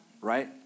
right